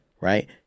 right